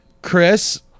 Chris